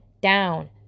down